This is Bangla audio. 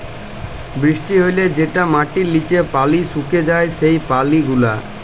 বৃষ্টি হ্যলে যেটা মাটির লিচে পালি সুকে যায় সেই পালি গুলা